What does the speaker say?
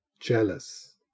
jealous